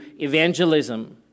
evangelism